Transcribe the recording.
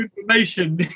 information